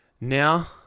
Now